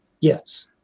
Yes